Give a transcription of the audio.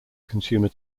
consumer